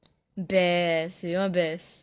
best you know best